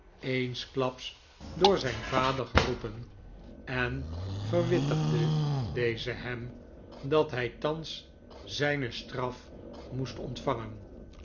eensklaps door zijn vader geroepen en verwittigde deze hem dat hij thans zijne straf moest ontvangen